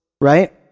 right